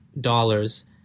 dollars